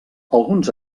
alguns